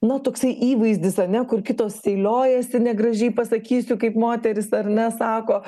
na toksai įvaizdis ane kur kitos seiliojasi negražiai pasakysiu kaip moterys ar ne sako